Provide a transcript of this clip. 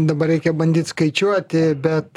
dabar reikia bandyt skaičiuoti bet